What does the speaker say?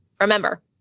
Remember